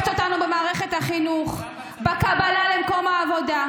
איך מסובבים הכול לכדי זה?